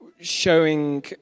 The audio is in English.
showing